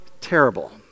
terrible